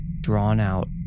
drawn-out